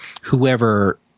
whoever